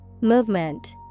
Movement